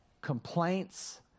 complaints